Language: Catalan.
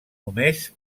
només